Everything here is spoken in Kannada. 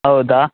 ಹೌದಾ